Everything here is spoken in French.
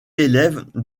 élève